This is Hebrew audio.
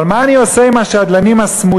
אבל מה אני עושה עם השדלנים הסמויים?